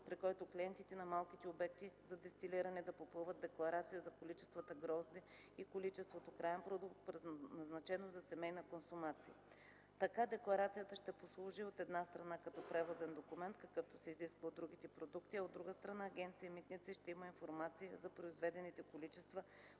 при който клиентите на малките обекти за дестилиране да попълват декларация за количествата грозде и количеството краен продукт, предназначено за семейна консумация. Така декларацията ще послужи, от една страна, като превозен документ, какъвто се изисква за другите продукти, а от друга страна, Агенция „Митници” ще има информация за произведените количества,